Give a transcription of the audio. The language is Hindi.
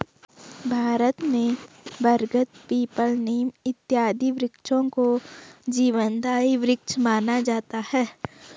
भारत में बरगद पीपल नीम इत्यादि वृक्षों को जीवनदायी वृक्ष माना जाता है